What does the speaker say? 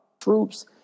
troops